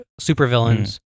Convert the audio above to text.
supervillains